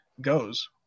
goes